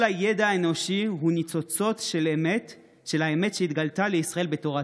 כל הידע האנושי הוא ניצוצות של האמת שהתגלתה לישראל בתורתו.